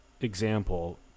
example